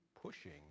pushing